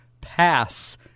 pass